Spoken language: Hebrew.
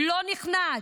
לא נכנעת.